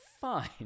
Fine